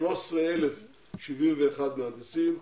13,071 מהנדסים,